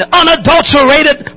unadulterated